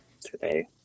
today